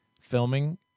filming